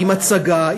עם הצגה,